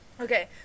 Okay